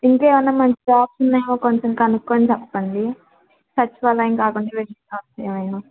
ఇంక ఏమన్నా మంచి జాబ్స్ ఉందేమో కొంచెం కనుక్కొని చెప్పండి సచివాలయం కాకుండా వేరే జాబ్స్ ఏమైనా